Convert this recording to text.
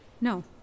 No